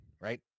right